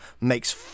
makes